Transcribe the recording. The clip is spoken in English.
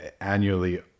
annually